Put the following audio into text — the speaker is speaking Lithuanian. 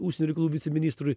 užsienio reikalų viceministrui